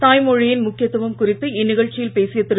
தாய்மொழியின் முக்கியத்துவம் குறித்து இந்நிகழ்ச்சியில் பேசிய திரு